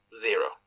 zero